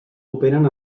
operen